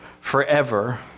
forever